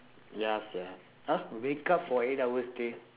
ya sia !huh! wake up for eight hour straight